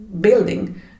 building